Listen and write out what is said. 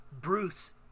Bruce